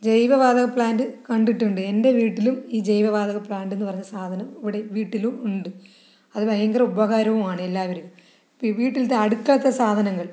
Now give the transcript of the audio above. ജൈവ വാതക പ്ലാന്റ് കണ്ടിട്ടുണ്ട് എന്റെ വീട്ടിലും ഈ ജൈവ വാതക പ്ലാന്റ് എന്ന് പറഞ്ഞ സാധനം ഇവിടെ വീട്ടിലും ഉണ്ട് അത് ഭയങ്കര ഉപകാരവും ആണ് എല്ലാവർക്കും വീട്ടിലത്തെ അടുക്കളയിലത്തെ സാധനങ്ങൾ